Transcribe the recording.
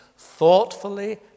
thoughtfully